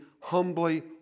humbly